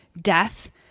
death